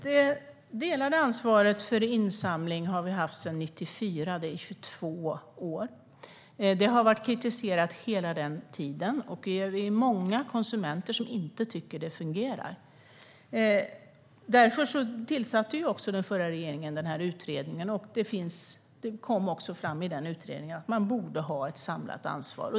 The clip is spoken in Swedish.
Herr talman! Det delade ansvaret för insamling har vi haft sedan 1994. Det är 22 år. Det har varit kritiserat hela den tiden, och vi är många konsumenter som inte tycker att det fungerar. Därför tillsatte den förra regeringen en utredning, och det kom fram i den utredningen att man borde ha ett samlat ansvar.